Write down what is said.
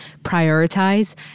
prioritize